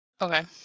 Okay